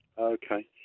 Okay